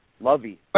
Lovey